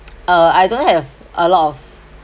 uh I don't have a lot of